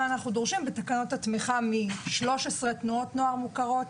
אנחנו דורשים ותקנות התמיכה מ-13 תנועות נוער מוכרות,